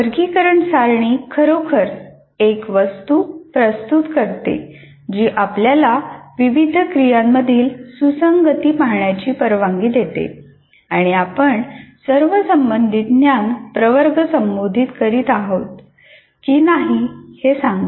वर्गीकरण सारणी खरोखर एक वस्तू प्रस्तुत करते जी आपल्याला विविध क्रियांमधील सुसंगती पाहण्याची परवानगी देते किंवा आपण सर्व संबंधित ज्ञान प्रवर्ग संबोधित करीत आहोत की नाही हे सांगते